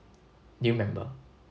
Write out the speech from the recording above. do you remember